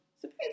surprise